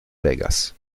vegas